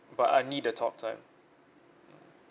but I need the talktime mmhmm